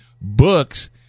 books